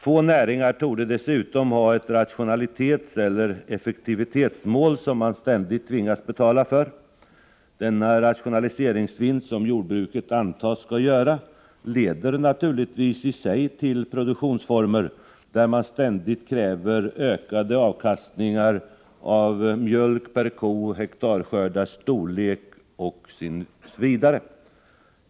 Få näringar torde dessutom ha ett rationaliseringseller effektivitetsmål som de ständigt tvingas att betala för. Den rationaliseringsvinst som jordbruket antas göra leder naturligtvis i sig till produktionsformer, där man ständigt kräver ökade avkastningar när det gäller mängden mjölk per ko, hektarskördarnas storlek, osv.